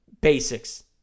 basics